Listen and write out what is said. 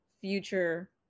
future